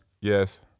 Yes